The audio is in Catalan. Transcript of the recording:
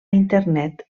internet